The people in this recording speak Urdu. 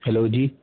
ہیلو جی